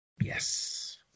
Yes